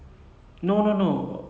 what what did you say just now